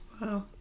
Wow